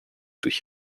durch